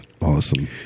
Awesome